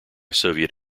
soviet